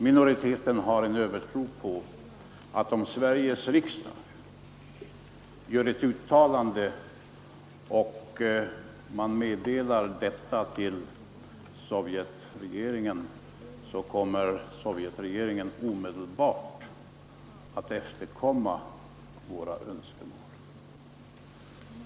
Minoriteten har en övertro på att om Sveriges riksdag gör ett uttalande och man meddelar Sovjetregeringen detta så kommer denna regering att omedelbart efterkomma våra önskemål.